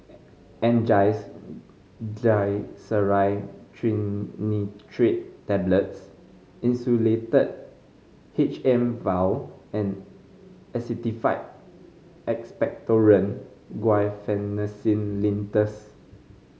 Angised Glyceryl Trinitrate Tablets Insulatard H M vial and Actified Expectorant Guaiphenesin Linctus